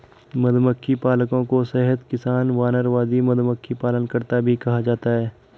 मधुमक्खी पालकों को शहद किसान, वानरवादी, मधुमक्खी पालनकर्ता भी कहा जाता है